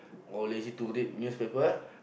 or lazy to read newspaper